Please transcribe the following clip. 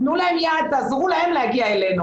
תנו להם יד, תעזרו להם להגיע אלינו.